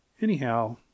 Anyhow